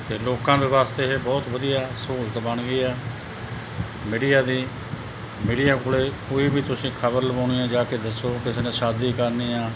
ਅਤੇ ਲੋਕਾਂ ਦੇ ਵਾਸਤੇ ਇਹ ਬਹੁਤ ਵਧੀਆ ਸਹੂਲਤ ਬਣ ਗਈ ਆ ਮੀਡੀਆ ਦੀ ਮੀਡੀਆ ਕੋਲ ਕੋਈ ਵੀ ਤੁਸੀਂ ਖਬਰ ਲਵਾਉਣੀ ਹੈ ਜਾ ਕੇ ਦੱਸੋ ਕਿਸੇ ਨੇ ਸ਼ਾਦੀ ਕਰਨੀ ਆ